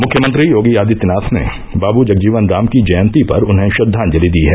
मुख्यमंत्री योगी आदित्यनाथ ने बाबू जगजीवन राम की जयंती पर उन्हें श्रद्वांजलि दी है